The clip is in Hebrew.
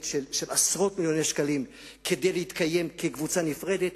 של עשרות מיליוני שקלים כדי להתקיים כקבוצה נפרדת,